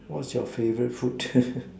what's your favorite food